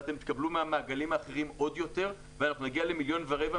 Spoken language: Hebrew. ואתם תקבלו מהמעגלים האחרים עוד יותר ונגיע למיליון ורבע,